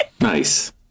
Nice